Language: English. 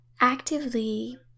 actively